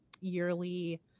yearly